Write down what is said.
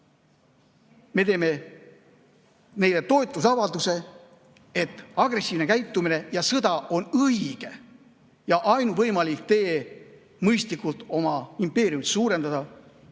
Me teeme toetusavalduse, et agressiivne käitumine ja sõda on õige ja ainuvõimalik tee mõistlikult oma impeeriumi suurendada.